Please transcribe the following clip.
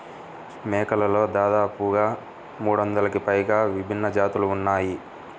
మేకలలో దాదాపుగా మూడొందలకి పైగా విభిన్న జాతులు ఉన్నాయి